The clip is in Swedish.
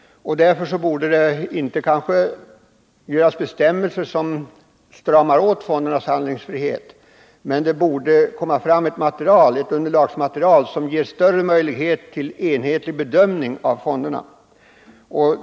Vi vill inte ha bestämmelser som medverkar till en åtstramning av fondernas handlingsfrihet. Men bör ta fram ett brett underlagsmaterial som möjliggör en enhetligare bedömning av fonderna.